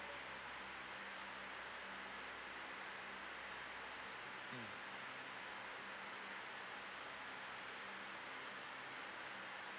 mm